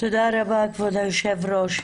תודה רבה כבוד היושב ראש.